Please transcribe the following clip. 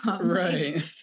Right